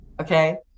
Okay